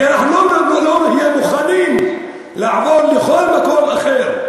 כי אנחנו לא נהיה מוכנים לעבור לכל מקום אחר,